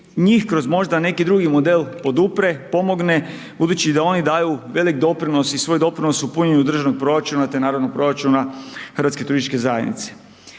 njih kroz možda neki drugi model podupre, pomogne, budući da oni daju velik doprinos i svoj doprinos u punjenju državnog proračuna, te naravno proračuna HTZ-u. Izvorni